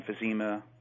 emphysema